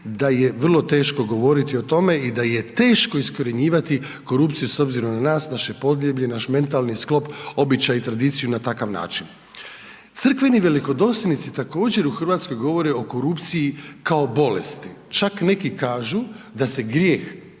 da je vrlo teško govoriti o tome i da je teško iskorjenjivati korupciju s obzirom na nas, naše podneblje, naš metalni sklop, običaj, tradiciju, na takav način. Crkveni velikodosljednici također u Hrvatskoj govore o korupciji kao bolest, čak neki kažu da se grijeh